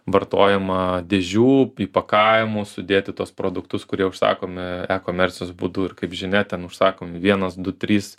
vartojama dėžių įpakavimų sudėti tuos produktus kurie užsakomi e komercijos būdu ir kaip žinia ten užsakomi vienas du trys